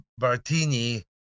Bartini